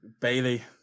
bailey